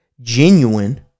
genuine